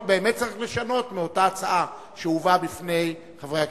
באמת צריך לשנות באותה הצעה שהובאה בפני חברי הכנסת.